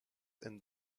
and